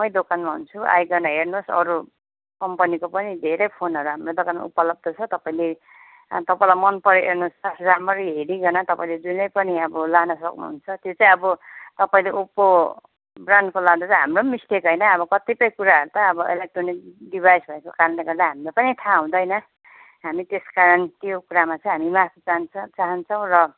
मै दोकानमा हुन्छु आइकन हेर्नुहोस अरू कम्पनीको पनि धेरै फोनहरू हाम्रो दोकानमा उपलब्ध छ तपाईँले तपाईँलाई मन परेअनुसार राम्ररी हेरिकन तपाईँले जुनै पनि अब लान सक्नुहुन्छ त्यो चाहिँ अब तपाईँले ओप्पो ब्रान्डको लादा चाहिँ हाम्रो पनि मिस्टेक होइन अब कतिपय कुराहरू त इलेकट्रोनिक डिभाइस भएको कारणले गर्दा हामीलाई पनि थाहा हुँदैन हामी त्यस कारण त्यो कुरामा चाहिँ माफी चाहन्छौँ र